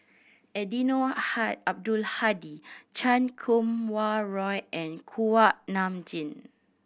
Eddino Abdul Hadi Chan Kum Wah Roy and Kuak Nam Jin